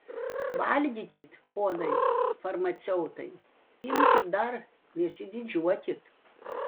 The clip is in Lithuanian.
valgykit ponai farmaceutai imkit dar nesididžiuokit